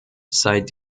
seit